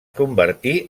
convertí